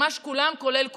ממש כולם כולל כולם,